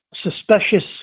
suspicious